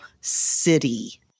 city